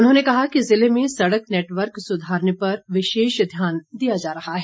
उन्होंने कहा कि जिले में सड़क नेटवर्क सुधारने पर विशेष ध्यान दिया जा रहा है